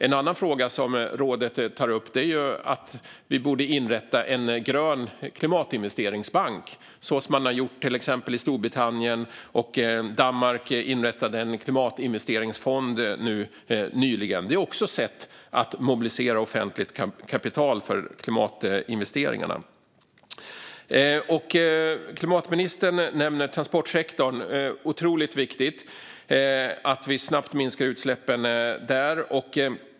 En annan fråga som rådet tar upp är att vi borde inrätta en grön klimatinvesteringsbank, som man har gjort till exempel i Storbritannien. Och Danmark har inrättat en klimatinvesteringsfond nyligen. Det är också sätt att mobilisera offentligt kapital för klimatinvesteringarna. Klimatministern nämner transportsektorn. Det är otroligt viktigt att vi snabbt minskar utsläppen där.